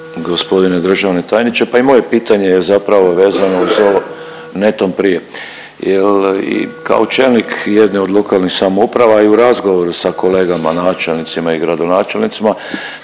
Poštovani g. državni tajniče, pa i moje pitanje je zapravo vezano uz ovo netom prije jel i kao čelnik jedne od lokalnih samouprava i u razgovoru sa kolegama načelnicima i gradonačelnicima